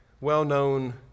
well-known